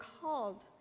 called